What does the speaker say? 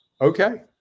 Okay